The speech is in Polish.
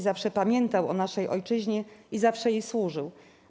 Zawsze pamiętał o naszej ojczyźnie i zawsze jej służył.